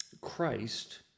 Christ